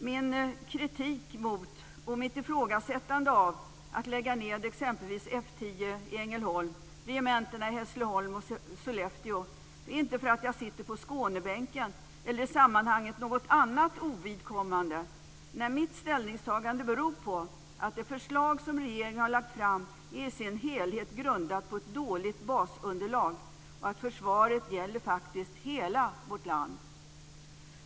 Min kritik mot och mitt ifrågasättande av att man ska lägga ned t.ex. F 10 i Ängelholm, regementena i Hässleholm och Sollefteå beror inte på för att jag sitter på Skånebänken eller i sammanhanget på något annat ovidkommande. Nej, mitt ställningstagande beror på att det förslag som regeringen har lagt fram i dess helhet är grundat på ett dåligt basunderlag och att försvaret faktiskt gäller hela vårt land.